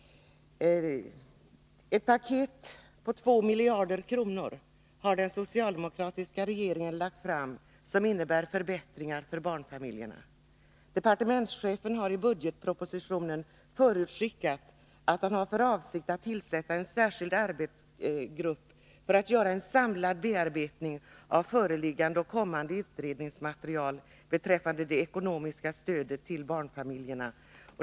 Den socialdemokratiska regeringen har lagt fram ett paket på 2 miljarder kronor med förbättringar för barnfamiljerna. Departementschefen har i budgetpropositionen förutskickat att han har för avsikt att tillsätta en särskild arbetsgrupp för att göra en samlad bedömning av föreliggande och kommande utredningsmaterial beträffande det ekonomiska stödet till barnfamiljerna.